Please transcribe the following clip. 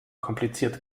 kompliziert